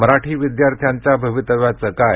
मराठा विद्यार्थ्याचे भवितव्याचे काय